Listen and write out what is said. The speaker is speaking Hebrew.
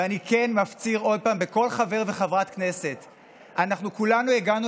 ואני כן מפציר עוד פעם בכל חבר וחברת כנסת: אנחנו כולנו הגענו